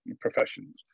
professions